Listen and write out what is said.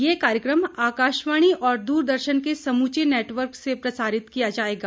यह कार्यक्रम आकाशवाणी और दूरदर्शन के समूचे नेटवर्क से प्रसारित किया जाएगा